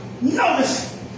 notice